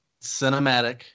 cinematic